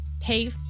pay